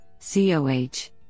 COH